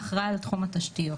האחראי על תחום התשתיות,